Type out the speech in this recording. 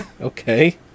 Okay